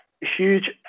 huge